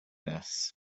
this